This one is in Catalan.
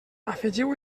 afegiu